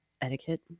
Etiquette